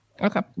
Okay